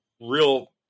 real